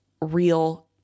real